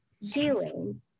healing